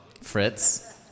Fritz